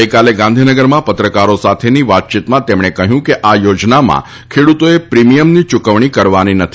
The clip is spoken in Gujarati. ગઈકાલે ગાંધીનગરમાં પત્રકારો સાથેની વાતચીતમાં તેમણે કહ્યું કે આ યોજનામાં ખેડૂતોએ પ્રિમિયમની ચૂકવણી કરવાની નથી